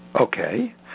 Okay